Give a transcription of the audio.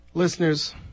Listeners